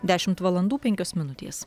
dešimt valandų penkios minutės